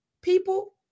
people